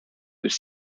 was